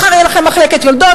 מחר יהיה לכם מחלקת יולדות,